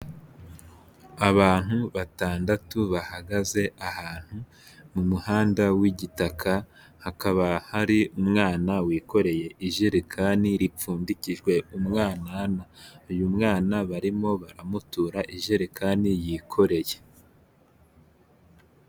Abantu batandatu bahagaz'ahantu mu muhanda w'igitaka ,hakaba hari umwana wikoreye ijerekani ipfundikije umwanaana uyu mwana barimo baramutura ijerekani yikoreye.